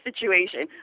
situation